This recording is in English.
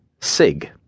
Sig